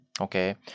Okay